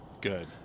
good